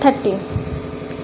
thirty